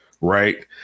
right